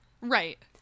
Right